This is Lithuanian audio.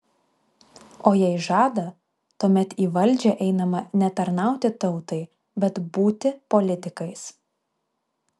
o jei žada tuomet į valdžią einama ne tarnauti tautai bet būti politikais